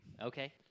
Okay